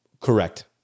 correct